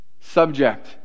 Subject